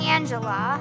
Angela